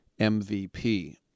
MVP